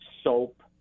Soap